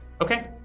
okay